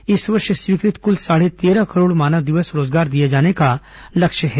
के लिए इस वर्ष स्वीकृत कुल साढ़े तेरह करोड़ मानव दिवस रोजगार दिए जाने का लक्ष्य है